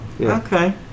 Okay